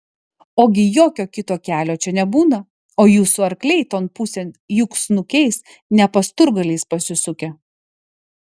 ogi jokio kito kelio čia nebūna o jūsų arkliai ton pusėn juk snukiais ne pasturgaliais pasisukę